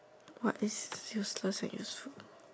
what is useless and useful